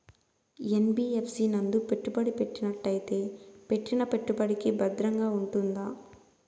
NBFC నందు పెట్టుబడి పెట్టినట్టయితే పెట్టిన పెట్టుబడికి భద్రంగా ఉంటుందా?